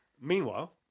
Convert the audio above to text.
Meanwhile